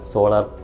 Solar